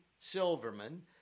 Silverman